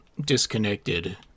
disconnected